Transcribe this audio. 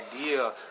idea